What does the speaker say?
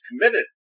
committed